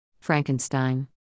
Frankenstein